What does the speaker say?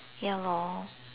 ya lor